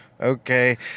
Okay